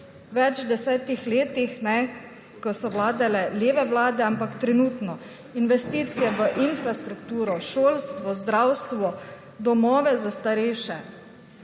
več deset letih, ko so vladale leve vlade, investicije v infrastrukturo, šolstvo, zdravstvo, domove za starejše.